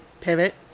pivot